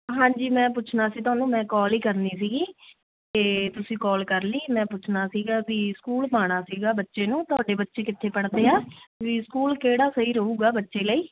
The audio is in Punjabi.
ਹਾਂਜੀ ਮੈਂ ਪੁੱਛਣਾ ਸੀ ਤੁਹਾਨੂੰ ਮੈਂ ਕੌਲ ਹੀ ਕਰਨੀ ਸੀਗੀ ਅਤੇ ਤੁਸੀਂ ਕੌਲ ਕਰ ਲਈ ਮੈਂ ਪੁੱਛਣਾ ਸੀਗਾ ਬਈ ਸਕੂਲ ਪਾਉਣਾ ਸੀਗਾ ਬੱਚੇ ਨੂੰ ਤੁਹਾਡੇ ਬੱਚੇ ਕਿੱਥੇ ਪੜ੍ਹਦੇ ਆ ਬਈ ਸਕੂਲ ਕਿਹੜਾ ਸਹੀ ਰਹੇਗਾ ਬੱਚੇ ਲਈ